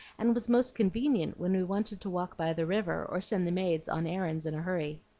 and was most convenient when we wanted to walk by the river or send the maids on errands in a hurry.